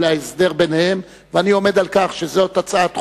ההסדר ביניהם ואני עומד על כך שזאת הצעת חוק,